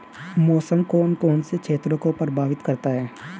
मौसम कौन कौन से क्षेत्रों को प्रभावित करता है?